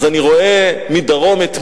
אז אני רואה מדרום את מצרים,